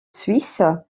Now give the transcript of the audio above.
suisse